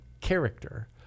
character